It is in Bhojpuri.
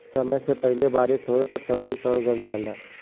समय से पहिले बारिस होवे पर सब्जी सड़ गल जाला